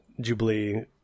Jubilee